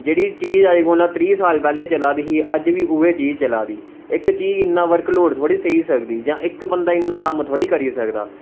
जेह्ड़ी अज्ज कोला त्रीऽ साल पैह्ले चलादे अज्ज बी उ'ये चलादी इक चीज इ'न्ना वर्क लोड थोह्ड़ी सेही सकदी इक बंदा इ'न्ना कम्म थोह्ड़ी करी सकदा